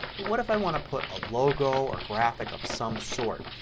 but what if i want to put a logo or graphic of some sort.